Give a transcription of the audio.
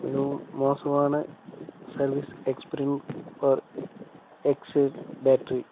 மிகவும் மோசமான service experience for Exide battery